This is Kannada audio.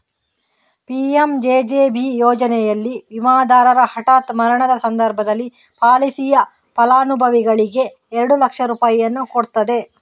ಪಿ.ಎಂ.ಜೆ.ಜೆ.ಬಿ ಯೋಜನೆನಲ್ಲಿ ವಿಮಾದಾರರ ಹಠಾತ್ ಮರಣದ ಸಂದರ್ಭದಲ್ಲಿ ಪಾಲಿಸಿಯ ಫಲಾನುಭವಿಗೆ ಎರಡು ಲಕ್ಷ ರೂಪಾಯಿಯನ್ನ ಕೊಡ್ತದೆ